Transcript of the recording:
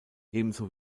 ebenso